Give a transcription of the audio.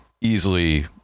easily